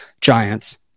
giants